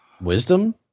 Wisdom